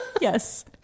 Yes